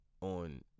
on